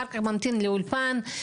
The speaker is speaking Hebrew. אחר כך ממתין לאולפן.